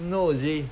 know you see